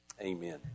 Amen